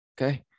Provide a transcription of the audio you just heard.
okay